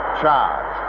charge